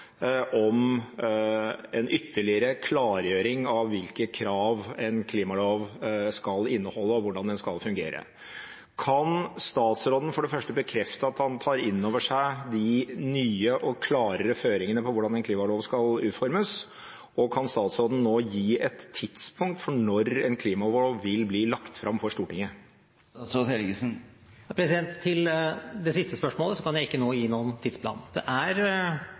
om en ytterligere klargjøring av hvilke krav en klimalov skal inneholde, og hvordan den skal fungere. Kan statsråden for det første bekrefte at han tar inn over seg de nye og klarere føringene for hvordan en klimalov skal utformes? Og kan statsråden gi et tidspunkt for når en klimalov vil bli lagt fram for Stortinget? Til det siste spørsmålet: Jeg kan ikke nå gi noen tidsplan. Det er